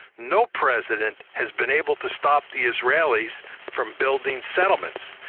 no president has been able to stop the israelis from building settlements.